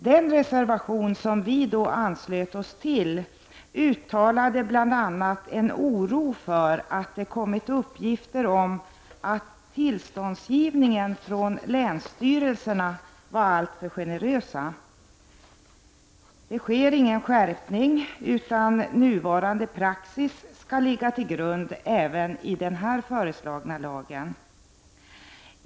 Den reservation vi då anslöt oss till uttalade bl.a. en oro för att det kommit uppgifter om att tillståndsgivningen från länsstyrelserna var alltför generös. Nu sker ingen skärpning på detta område, utan nuvarande praxis skall ligga till grund även för den här föreslagna lagen.